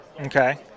Okay